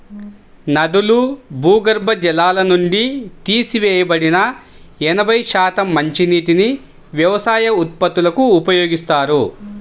నదులు, భూగర్భ జలాల నుండి తీసివేయబడిన ఎనభై శాతం మంచినీటిని వ్యవసాయ ఉత్పత్తులకు ఉపయోగిస్తారు